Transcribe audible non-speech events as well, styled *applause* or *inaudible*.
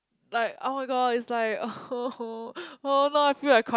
like oh my god is like *noise* now I feel like crying